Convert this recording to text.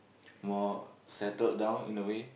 more settled down in a way